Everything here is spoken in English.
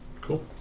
Cool